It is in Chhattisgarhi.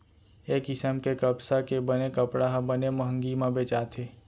ए किसम के कपसा के बने कपड़ा ह बने मंहगी म बेचाथे